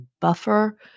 buffer